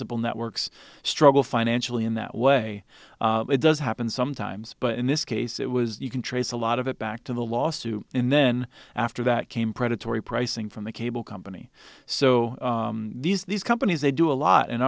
l networks struggle financially in that way it does happen sometimes but in this case it was you can trace a lot of it back to the lawsuit and then after that came predatory pricing from the cable company so these these companies they do a lot